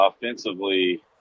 offensively